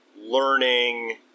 learning